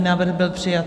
Návrh byl přijat.